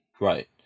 right